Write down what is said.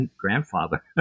grandfather